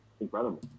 incredible